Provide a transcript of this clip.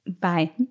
Bye